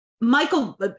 Michael